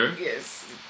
Yes